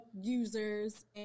users